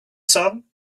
sun